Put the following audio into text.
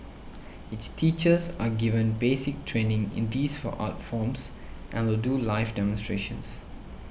its teachers are given basic training in these art forms and will do live demonstrations